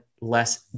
less